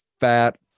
fat